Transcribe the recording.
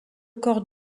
corps